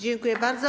Dziękuję bardzo.